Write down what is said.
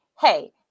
hey